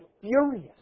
furious